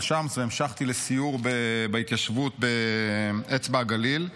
שמס והמשכתי לסיור בהתיישבות באצבע הגליל,